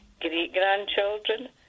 great-grandchildren